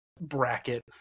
bracket